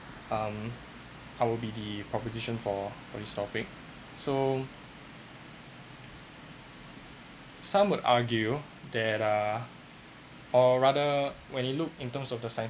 um I'll be the proposition for on stopping so some would argue that uh or rather when you look in terms of the science